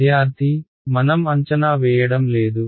విద్యార్థి మనం అంచనా వేయడం లేదు